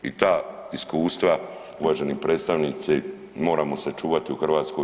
I ta iskustva uvaženi predstavnici moramo sačuvati u HV.